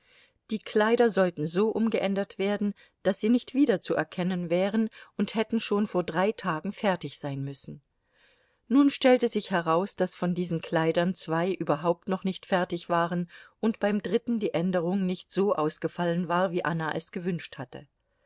die kleider sollten so umgeändert werden daß sie nicht wiederzuerkennen wären und hätten schon vor drei tagen fertig sein müssen nun stellte sich heraus daß von diesen kleidern zwei überhaupt noch nicht fertig waren und beim dritten die änderung nicht so ausgefallen war wie anna es gewünscht hatte